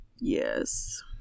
Yes